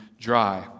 dry